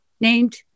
named